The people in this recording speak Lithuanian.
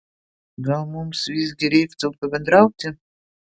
gal mums visgi reiktų pabendrauti